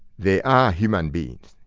they are human beings.